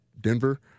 Denver